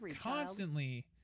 constantly